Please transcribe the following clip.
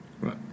Right